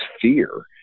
fear